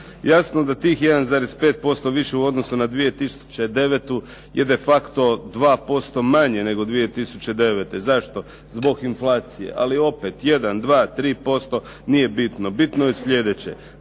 Jasno da tih 1,5% u odnosu više na 2009. je de facto 2% manje nego 2009. Zašto? Zbog inflacije. Ali opet jedan, dva, tri posto nije bitno, bitno je sljedeće